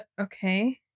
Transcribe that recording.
Okay